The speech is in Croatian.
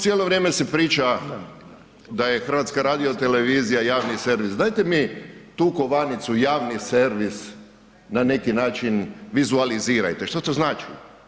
Cijelo vrijeme se priča da je HRT javni servis, dajte mi tu kovanicu javni servis na neki način vizualizirajte, što to znači?